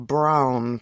Brown